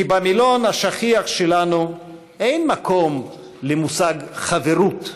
כי במילון השכיח שלנו אין מקום למושג חברות,